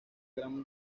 gran